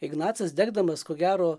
ignacas degdamas ko gero